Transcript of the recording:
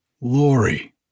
Lori